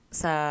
sa